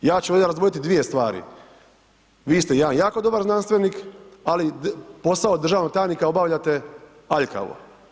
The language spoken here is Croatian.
Ja ću ovdje razdvojiti dvije stvari, vi ste jedan jako dobar znanstvenik, ali posao državnog tajnika obavljate aljkavo.